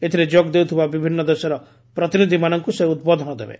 ଏଥିରେ ଯୋଗ ଦେଉଥିବା ବିଭିନ୍ନ ଦେଶର ପ୍ରତିନିଧିମାନଙ୍କୁ ସେ ଉଦ୍ବୋଧନ ଦେବେ